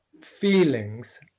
feelings